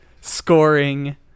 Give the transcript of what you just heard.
scoring